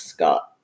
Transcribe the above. Scott